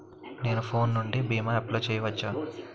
నేను ఫోన్ నుండి భీమా అప్లయ్ చేయవచ్చా?